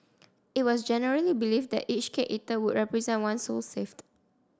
it was generally believed that each cake eaten would represent one soul saved